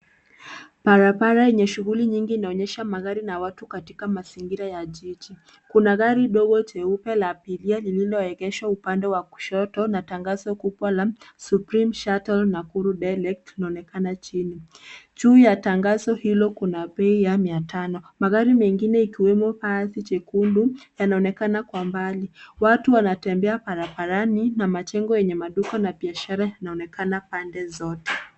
Barabara yenye shughuli nyingi inaonyesha magari na watu katika mazingira ya jiji. Kuna gari dogo cheupe la abiria lililoegeshwa upande wa kushoto na tangazo kubwa la Supreme Shuttle Nakuru Direct inaonekana chini. Juu ya tangazo hilo kuna bei ya mia tano. Magari mengine ikiwemo basi jekundu, yanaonekana kwa mbali. Watu wanatembea barabarani, na majengo yenye maduka na biashara zinaonekana pande zote.